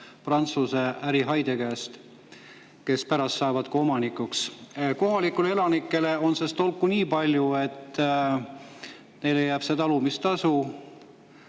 Prantsuse ärihaide käest, kes pärast saavad ka omanikuks. Kohalikele elanikele on sellest tolku nii palju, et neile jääb see talumistasu,